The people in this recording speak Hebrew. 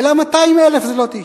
אלא 200,000 זלוטי,